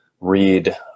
read